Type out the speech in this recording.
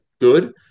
good